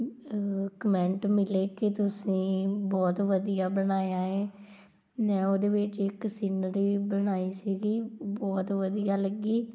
ਅ comment ਮਿਲੇ ਕਿ ਤੁਸੀਂ ਬਹੁਤ ਵਧੀਆ ਬਣਾਇਆ ਹੈ ਮੈਂ ਉਹਦੇ ਵਿੱਚ ਇੱਕ ਸੀਨਰੀ ਬਣਾਈ ਸੀਗੀ ਬਹੁਤ ਵਧੀਆ ਲੱਗੀ